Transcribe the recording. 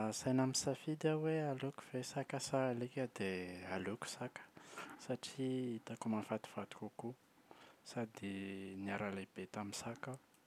Raha asaina misafidy aho hoe aleoko ve saka sa alika dia aleoko saka, satria hitako mahafatifaty kokoa. Sady niara-lehibe tamin’ny saka aho.